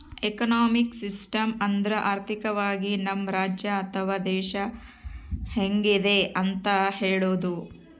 economic system ಅಂದ್ರ ಆರ್ಥಿಕವಾಗಿ ನಮ್ ರಾಜ್ಯ ಅಥವಾ ದೇಶ ಹೆಂಗಿದೆ ಅಂತ ಹೇಳೋದು